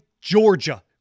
Georgia